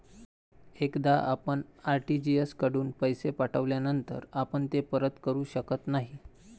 एकदा आपण आर.टी.जी.एस कडून पैसे पाठविल्यानंतर आपण ते परत करू शकत नाही